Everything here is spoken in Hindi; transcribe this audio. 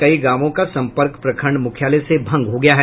कई गांवों का संपर्क प्रखण्ड मुख्यालय से भंग हो गया है